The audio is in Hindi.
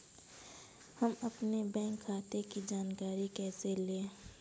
हम अपने बैंक खाते की जानकारी कैसे लें?